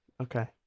Okay